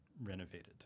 renovated